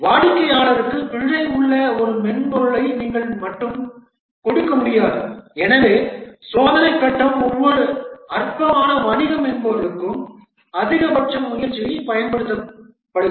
வாடிக்கையாளர்களுக்கு பிழை உள்ள ஒரு மென்பொருளை நீங்கள் மட்டும் கொடுக்க முடியாது எனவே சோதனைக் கட்டம் ஒவ்வொரு அற்பமான வணிக மென்பொருளுக்கும் அதிகபட்ச முயற்சியைப் பயன்படுத்துகிறது